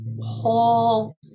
whole